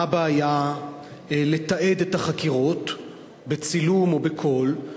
מה הבעיה לתעד את החקירות בצילום או בקול?